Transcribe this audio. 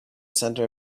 center